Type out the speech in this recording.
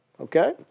Okay